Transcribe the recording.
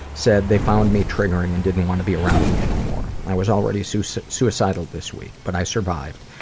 said they found me triggering and didn't want to be around me anymore. i was already so so suicidal this week, but i survived.